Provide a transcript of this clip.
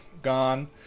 gone